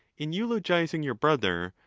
in eulogizing your brother,